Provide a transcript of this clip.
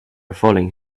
falling